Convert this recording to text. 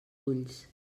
ulls